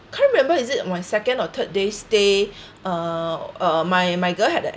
can't remember is it on my second or third day stay uh uh my my girl had a